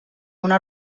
una